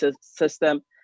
system